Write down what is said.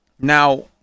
Now